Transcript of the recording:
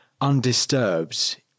undisturbed